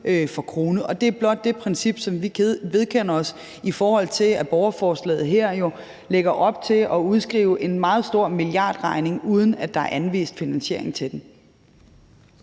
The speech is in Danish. for krone. Det er blot det princip, vi vedkender os, i forhold til at borgerforslaget her jo lægger op til at udskrive en meget stor milliardregning, uden at der er anvist finansiering til den.